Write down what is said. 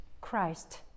Christ